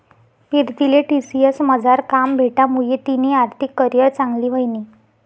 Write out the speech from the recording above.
पीरतीले टी.सी.एस मझार काम भेटामुये तिनी आर्थिक करीयर चांगली व्हयनी